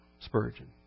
Spurgeon